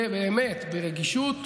באמת ברגישות,